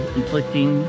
inflicting